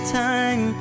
time